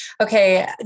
Okay